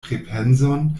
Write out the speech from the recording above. pripenson